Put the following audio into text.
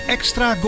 Extra